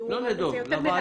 כי הוא אמר שזה יותר מרסן.